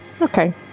okay